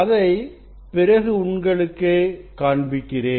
அதை பிறகு உங்களுக்கு காண்பிக்கிறேன்